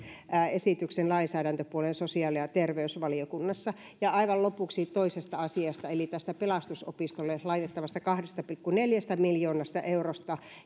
esityksen lainsäädäntöpuolen käsittelemään vielä sosiaali ja terveysvaliokunnassa aivan lopuksi toisesta asiasta eli pelastusopistolle laitettavasta kahdesta pilkku neljästä miljoonasta eurosta